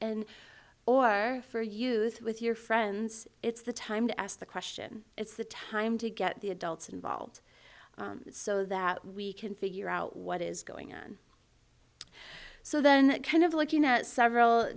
and or for use with your friends it's the time to ask the question it's the time to get the adults involved so that we can figure out what is going on so then that kind of looking at several